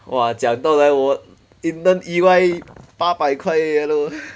!wah! 讲到来我 intern E_Y 八百块而已 hello